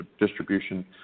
distribution